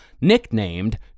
nicknamed